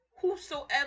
whosoever